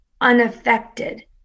unaffected